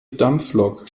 dampflok